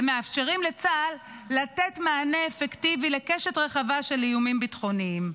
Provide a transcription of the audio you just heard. ומאפשרים לצה"ל לתת מענה אפקטיבי לקשת רחבה של איומים ביטחוניים.